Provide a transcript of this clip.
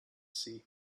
sea